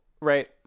right